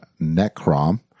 Necrom